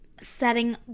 setting